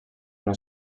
unió